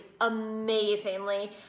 amazingly